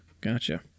gotcha